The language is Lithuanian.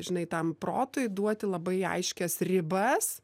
žinai tam protui duoti labai aiškias ribas